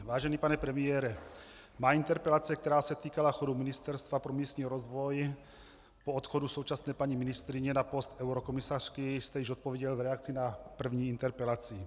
Vážený pane premiére, na mou interpelaci, která se týkala chodu Ministerstva pro místní rozvoj po odchodu současné paní ministryně na post eurokomisařky, jste již odpověděl v reakci na první interpelaci.